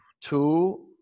two